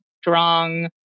strong